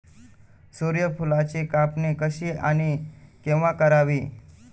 सूर्यफुलाची कापणी कशी आणि केव्हा करावी?